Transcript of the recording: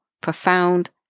profound